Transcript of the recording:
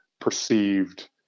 perceived